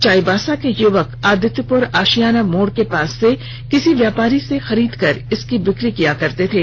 चाईबासा के युवक आदित्यपुर आशियाना मोड़ के पास से किसी व्यापारी से खरीदकर इसकी बिक्री किया करते थे